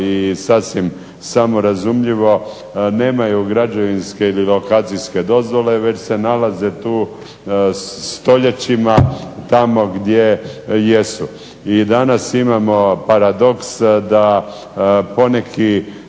i sasvim samorazumljivo, nemaju građevinske ili lokacijske dozvole već se nalaze tu stoljećima tamo gdje jesu. I danas imamo paradoks da poneki